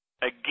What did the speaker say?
again